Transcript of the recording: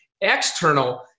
External